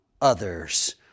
others